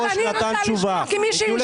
סליחה.